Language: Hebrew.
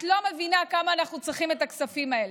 את לא מבינה כמה אנחנו צריכים את הכספים האלה.